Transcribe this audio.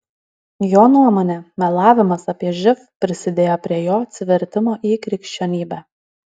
jo nuomone melavimas apie živ prisidėjo prie jo atsivertimo į krikščionybę